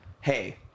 hey